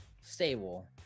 stable